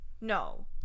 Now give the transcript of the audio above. No